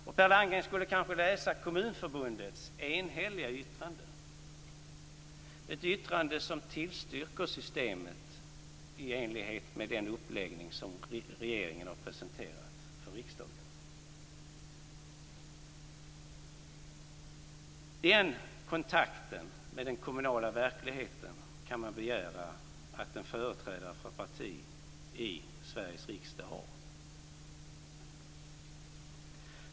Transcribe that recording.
Per Landgren skulle kanske läsa Kommunförbundets enhälliga yttrande - ett yttrande som tillstyrker systemet i enlighet med den uppläggning som regeringen har presenterat för riksdagen. Den kontakten med den kommunala verkligheten kan man begära att en företrädare för ett parti i Sveriges riksdag har.